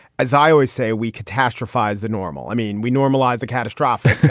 as i always say, we catastrophize the normal. i mean, we normalize the catastrophic.